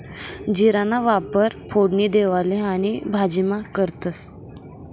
जीराना वापर फोडणी देवाले आणि भाजीमा करतंस